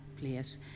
place